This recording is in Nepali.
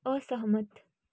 असहमत